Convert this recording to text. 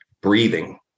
breathing